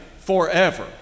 forever